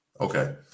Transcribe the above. okay